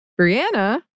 Brianna